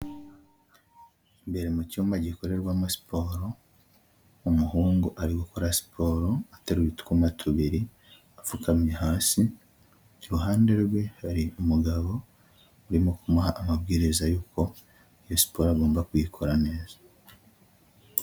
Imbere mu cyumba gikorerwamo siporo umuhungu ari gukora siporo ateruye utwuma tubiri apfukamye hasi iruhande rwe hari umugabo urimo kumuha amabwiriza y'uko iyo siporo agomba kuyikora neza.